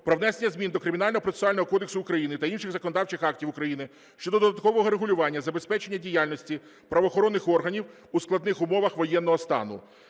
про внесення змін до Кримінального процесуального кодексу України та інших законодавчих актів України щодо додаткового регулювання забезпечення діяльності правоохоронних органів у складних умовах воєнного стану.